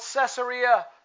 Caesarea